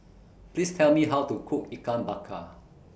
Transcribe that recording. Please Tell Me How to Cook Ikan Bakar